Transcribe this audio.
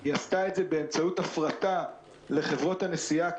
היא עשתה את זה באמצעות הפרטה לחברות הנסיעה,